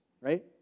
right